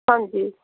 ਹਾਂਜੀ